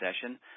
session